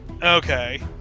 Okay